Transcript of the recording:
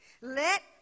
let